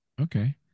okay